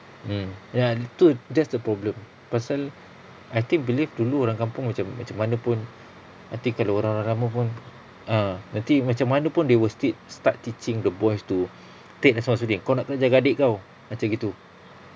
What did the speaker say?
mm then yang itu that's the problem pasal I think believe dulu orang kampung macam macam mana pun nanti kalau orang-orang lama pun ah nanti macam mana pun they will still start teaching the boys to tak responsibility kau nak kena jaga adik kau macam gitu